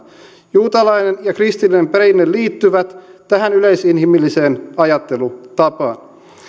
juutalainen ja kristillinen perinne liittyvät tähän yleisinhimilliseen ajattelutapaan